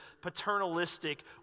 paternalistic